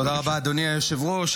תודה רבה, אדוני היושב-ראש.